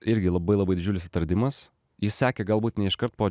irgi labai labai didžiulis atradimas jis sekė galbūt ne iškart po